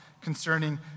concerning